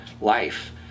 life